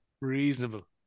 reasonable